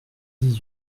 dix